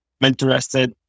interested